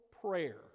prayer